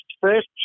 first